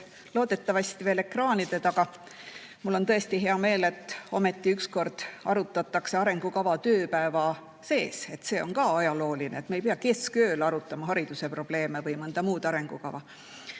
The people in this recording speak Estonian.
loodetavasti veel ekraanide taga! Mul on tõesti hea meel, et ometi ükskord arutatakse arengukava tööpäeva sees, see on ka ajalooline, et me ei pea keskööl arutama hariduse probleeme või mõnda muud arengukava.